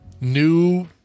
new